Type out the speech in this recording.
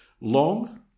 Long